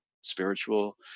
spiritual